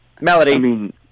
Melody